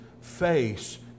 face